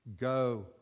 Go